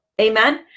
Amen